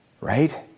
Right